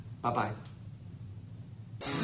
Bye-bye